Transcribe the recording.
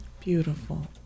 Beautiful